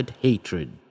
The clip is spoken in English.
hatred